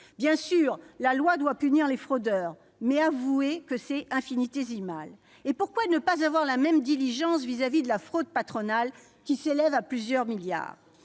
Bien sûr, la loi doit punir les fraudeurs, mais avouez que c'est infinitésimal. Pourquoi ne pas montrer la même diligence à l'égard de la fraude patronale, qui s'élève à plusieurs milliards ?